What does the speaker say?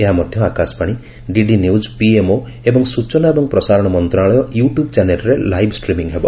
ଏହା ମଧ Akashvani DD news PMO ଏବଂ ସ୍ଚନା ଏବଂ ପ୍ରସାରଣ ମନ୍ତଣାଳୟ ୟଟ୍ୟବ୍ ଚ୍ୟାନେଲ୍ରେ ଲାଇଭ୍ ଷ୍ଟ୍ରିମିଂ ହେବ